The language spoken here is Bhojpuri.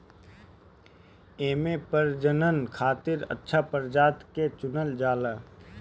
एमे प्रजनन खातिर अच्छा प्रजाति के चुनल जाला